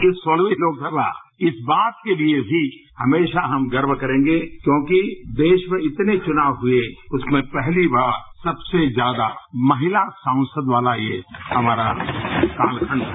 यह सोलहवीं लोकसभा इस बात के लिये भी हमेशा हम गर्व करेंगे क्योंकि देश में इतने चुनाव हुए उसमें पहली बार सबसे ज्यादा महिला सांसद वाला ये हमारा कालखंड है